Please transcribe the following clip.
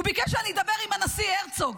הוא ביקש שאני אדבר עם הנשיא הרצוג.